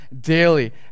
daily